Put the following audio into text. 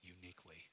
uniquely